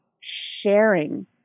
sharing